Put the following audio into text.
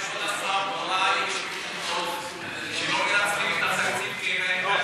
יש דוגמאות שלא מנצלים את התקציב כי אין להם מצ'ינג,